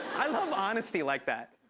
i love honesty like that.